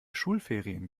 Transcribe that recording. schulferien